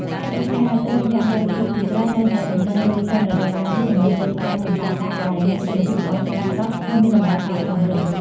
ហេតុដូច្នេះហើយ ទើបអ្នកបរិភោគជាច្រើនតែងតែទន្ទឹងរង់ចាំរដូវកាលនេះ ដើម្បីទិញផ្លែចម្ប៉ាដាក់ដែលមានគុណភាពល្អ ស្រស់ៗ ហើយមានតម្លៃថោកសមរម្យ។